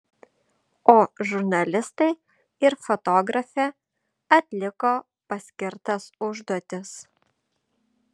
o žurnalistai ir fotografė atliko paskirtas užduotis